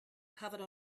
covered